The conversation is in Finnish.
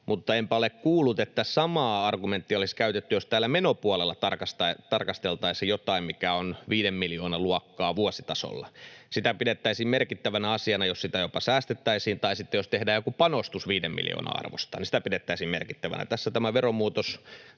mutta enpä ole kuullut, että samaa argumenttia olisi käytetty, jos menopuolella tarkasteltaisiin jotain, mikä on 5 miljoonan luokkaa vuositasolla. Sitä pidettäisiin merkittävänä asiana, jos se jopa säästettäisiin, tai sitten jos tehdään joku panostus 5 miljoonaan arvosta, sitä pidettäisiin merkittävänä. Tässä tästä veromenetyksestä